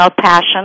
passion